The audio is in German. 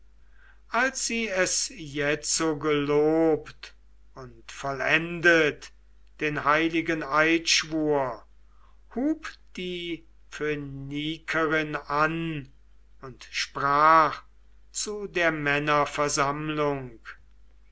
als sie es jetzo gelobt und vollendet den heiligen eidschwur hub die phönikerin an und sprach zu der